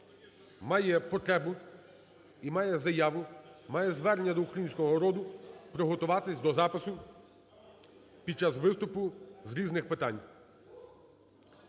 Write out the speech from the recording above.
має потребу і має заяву, має звернення до українського народу, приготуватись до запису під час виступу з різних питань.